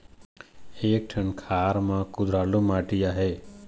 एक ठन खार म कुधरालू माटी आहे?